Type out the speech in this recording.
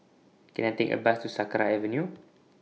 Can I Take A Bus to Sakra Avenue